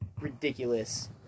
ridiculous